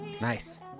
Nice